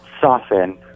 soften